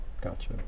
Gotcha